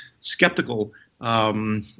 skeptical